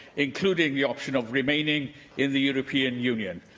including the option of remaining in the european union.